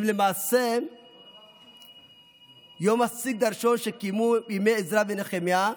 הם למעשה יום הסגד הראשון שקיימו בימי עזרא ונחמיה,